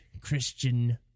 Christian